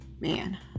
man